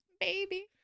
baby